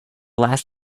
last